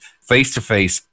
face-to-face